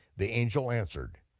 the angel answered,